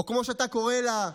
או כמו שאתה קורא לה,